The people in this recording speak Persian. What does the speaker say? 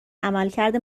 عملکرد